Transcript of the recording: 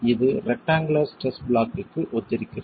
இது rectangular stress பிளாக்க்கு ஒத்திருக்கிறது